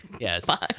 Yes